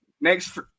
next